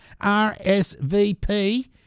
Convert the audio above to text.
RSVP